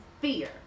fear